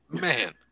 Man